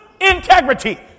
integrity